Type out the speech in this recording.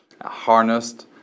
harnessed